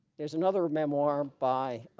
there's another memoir by